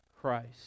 Christ